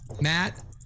Matt